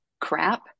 crap